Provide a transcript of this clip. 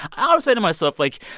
i would say to myself, like,